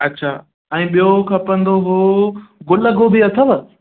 अच्छा ऐं ॿियो खपंदो हो गुल गोभी अथव